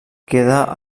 queda